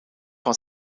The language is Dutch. van